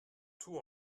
tout